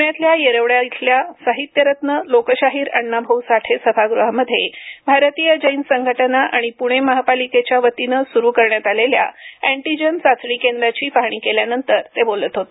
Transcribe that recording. पुण्यातल्या येरवडा इथल्या साहित्यरत्न लोकशाहीर अण्णा भाऊ साठे सभागृहामध्ये भारतीय जैन संघटना आणि पुणे महानगरपालिकेच्या वतीने सुरू करण्यात आलेल्या एण्टीजन चाचणी केंद्राची पाहणी केल्यानंतर ते बोलत होते